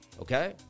okay